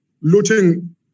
looting